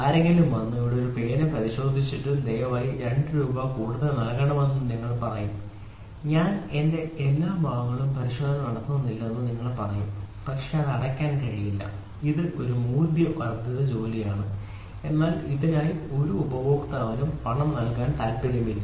ആരെങ്കിലും വന്ന് ഇവിടെ ഒരു പേന പരിശോധിച്ചിട്ടുണ്ടെന്നും ദയവായി 2 രൂപ കൂടുതൽ നൽകണമെന്നും നിങ്ങൾ പറയും ഞാൻ എല്ലാ ഭാഗത്തും പരിശോധന നടത്തേണ്ടതില്ലെന്ന് നിങ്ങൾ പറയും പക്ഷേ അത് അടയ്ക്കാൻ കഴിയില്ല ഇത് ഒരു മൂല്യവർദ്ധന ജോലിയാണ് എന്നാൽ ഇതിനായി ഒരു ഉപഭോക്താവിനും പണം നൽകാൻ താൽപ്പര്യമില്ല